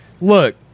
look